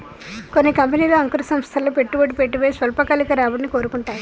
కొన్ని కంపెనీలు అంకుర సంస్థల్లో పెట్టే పెట్టుబడిపై స్వల్పకాలిక రాబడిని కోరుకుంటాయి